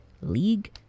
league